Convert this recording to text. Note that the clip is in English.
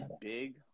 big